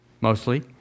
mostly